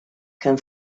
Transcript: kemm